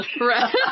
Right